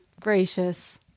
gracious